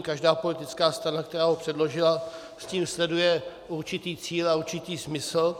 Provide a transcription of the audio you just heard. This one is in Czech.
Každá politická strana, která ho předložila, tím sleduje určitý cíl a určitý smysl.